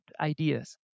ideas